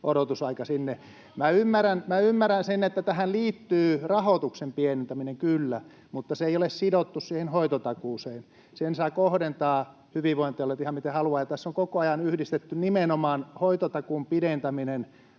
odotusaika sinne? Ymmärrän sen, että tähän liittyy rahoituksen pienentäminen, kyllä, mutta se ei ole sidottu siihen hoitotakuuseen. Hyvinvointialueet saavat kohdentaa sen ihan miten haluavat. Tässä on koko ajan yhdistetty nimenomaan hoitotakuun pidentäminen